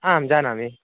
आं जानामि